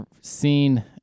seen